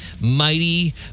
mighty